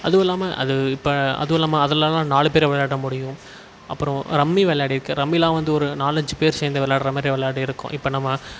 அதுவுல்லாமல் அது இப்போ அதுவுல்லாமல் அதெலலாம் நாலு பேர் விளையாட முடியும் அப்பறம் ரம்மி விளாடிருக்கேன் ரம்மிலாம் வந்து ஒரு நாலஞ்சி பேர் சேர்ந்து விளாடுற மாதிரி விளையாடிருக்கோம் இப்போ நம்ம